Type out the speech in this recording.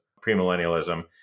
premillennialism